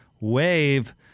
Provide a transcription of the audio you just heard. Wave